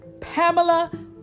Pamela